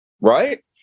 right